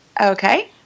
Okay